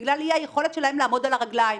בגלל אי היכולת שלהן לעמוד על הרגליים.